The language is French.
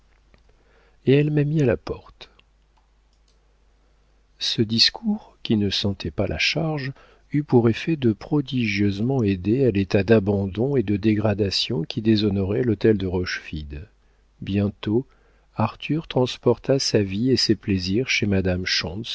et elle m'a mis à la porte ce discours qui ne sentait pas la charge eut pour effet de prodigieusement aider à l'état d'abandon et de dégradation qui déshonorait l'hôtel de rochefide bientôt arthur transporta sa vie et ses plaisirs chez madame